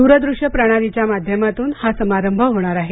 द्रदृश्य प्रणालीच्या माध्यमातून हा समारंभ होणार आहे